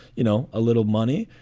you know, a little money,